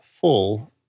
full